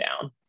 down